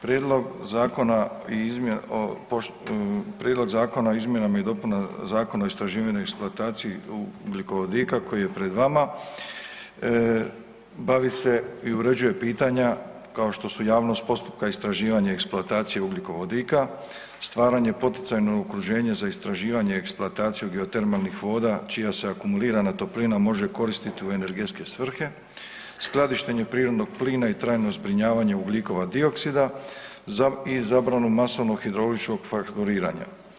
Prijedlog zakona o izmjenama i dopunama Zakona o istraživanju i eksploataciji ugljikovodika koji je pred vama bavi se i uređuje pitanja kao što javnost postupka istraživanja eksploatacije ugljikovodika, stvaranje poticajnog okruženja za istraživanje i eksploataciju biotermalnih voda čija se akumulirana toplina može koristiti u energetske svrhe, skladištenje prirodnog plina i trajno zbrinjavanje ugljikova dioksida i zabranu masovnog hidrauličkog fakturiranja.